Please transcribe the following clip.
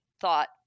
thought